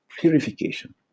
purification